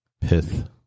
pith